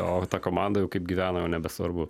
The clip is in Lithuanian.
o ta komanda jau kaip gyvena jau nebesvarbu